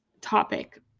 topic